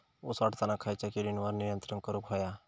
ऊस वाढताना खयच्या किडींवर नियंत्रण करुक व्हया?